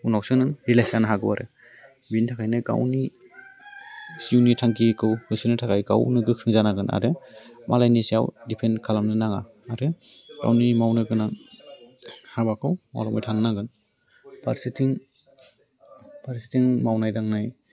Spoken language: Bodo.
उनावसो नों रियेलाइस जानो हागौ आरो बिनि थाखायनो गावनि जिउनि थांखिखौ होसोनो थाखाय गावनो गोख्रों जानांगोन आरो मालायनि सायाव डिपेन्ट खालामनो नाङा आरो गावनि मावनो गोनां हाबाखौ मावलांबाय थानो नांगोन फारसेथिं फारसेथिं मावनाय दांनाय